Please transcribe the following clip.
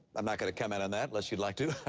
i'm not going to comment on that unless you'd like to.